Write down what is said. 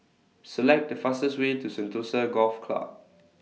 Select The fastest Way to Sentosa Golf Club